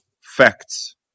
facts